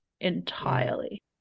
entirely